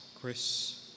Chris